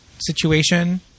situation